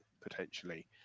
potentially